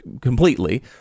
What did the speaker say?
completely